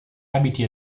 abiti